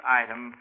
item